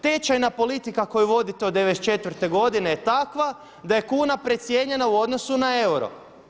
Tečajna politika koju vodite od '94. godine je takva da je kuna precijenjena u odnosu na euro.